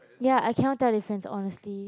ya I cannot tell difference honestly